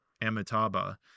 Amitabha